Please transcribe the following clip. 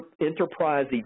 enterprise